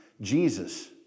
Jesus